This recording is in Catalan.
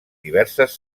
diverses